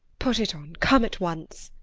put it on. come at once!